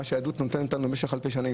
מה שהיא נותנת לנו משך אלפי שנים,